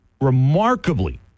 Remarkably